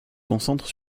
concentre